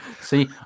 see